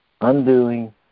Undoing